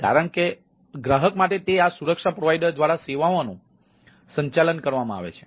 કારણ કે ગ્રાહક માટે તે આ સુરક્ષા પ્રોવાઇડર દ્વારા સેવાઓનું સંચાલન કરવામાં આવે છે